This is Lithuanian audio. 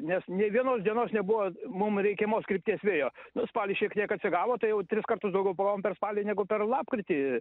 nes nei vienos dienos nebuvo mum reikiamos krypties vėjo nu spalį šiek tiek atsigavo tai jau tris kartus daugiau pagavom per spalį negu per lapkritį